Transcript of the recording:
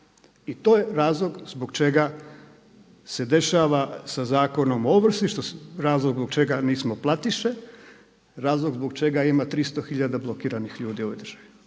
I to je razlog zbog čega se dešava sa Zakonom o ovrsi, razlog zbog čega nismo platiše, razlog zbog čega ima 300 hiljada blokiranih ljudi u ovoj